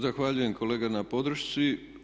Zahvaljujem kolega na podršci.